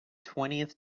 twentieth